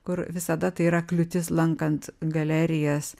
kur visada tai yra kliūtis lankant galerijas